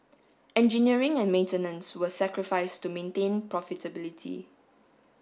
engineering and maintenance were sacrificed to maintain profitability